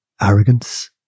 arrogance